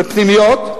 בפנימיות,